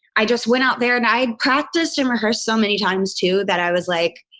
i just went out there and i practiced and rehearse so many times, too, that i was like,